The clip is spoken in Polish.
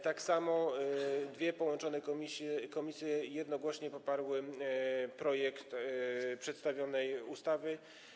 Tak samo dwie połączone komisje jednogłośnie poparły projekt przedstawionej ustawy.